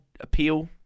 appeal